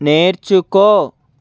నేర్చుకో